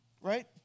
right